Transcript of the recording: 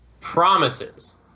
Promises